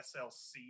SLC